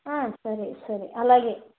సరే సరే అలాగే